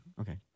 Okay